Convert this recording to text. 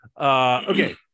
Okay